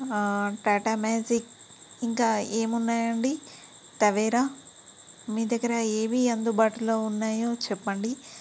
Tata Magic ఇంకా ఏమున్నాయండి Tavera మీ దగ్గర ఏవి అందుబాటులో ఉన్నాయో చెప్పండి